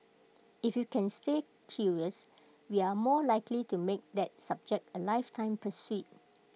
if we can stay curious we are more likely to make that subject A lifetime pursuit